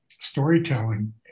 storytelling